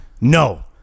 No